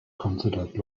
considered